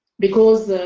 because